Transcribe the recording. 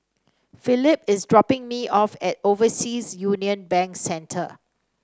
Philip is dropping me off at Overseas Union Bank Centre